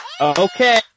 okay